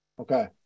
okay